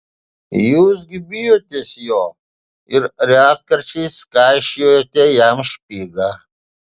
jūs gi bijotės jo ir retkarčiais kaišiojate jam špygą